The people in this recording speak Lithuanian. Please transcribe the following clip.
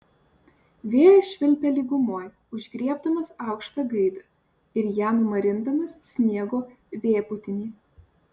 vėjas švilpia lygumoj užgriebdamas aukštą gaidą ir ją numarindamas sniego vėpūtiny